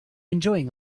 enjoying